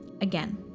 again